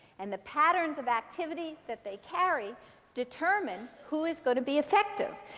and the patterns of activity that they carry determine who is going to be effective.